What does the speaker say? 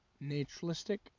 naturalistic